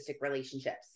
relationships